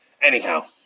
anyhow